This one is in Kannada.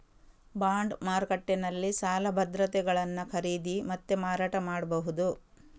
ಬಾಂಡ್ ಮಾರುಕಟ್ಟೆನಲ್ಲಿ ಸಾಲ ಭದ್ರತೆಗಳನ್ನ ಖರೀದಿ ಮತ್ತೆ ಮಾರಾಟ ಮಾಡ್ಬಹುದು